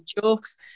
jokes